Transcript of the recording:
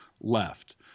left